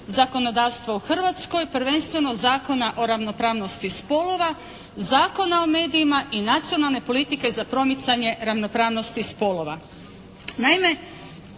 zakonodavstva u Hrvatskoj, prvenstveno Zakona o ravnopravnosti spolova, Zakona o medijima i nacionalne politike za promicanje ravnopravnosti spolova.